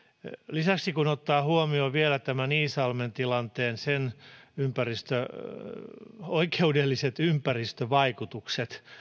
lisäksi kun ottaa huomioon vielä tämän iisalmen tilanteen sen oikeudelliset ympäristövaikutukset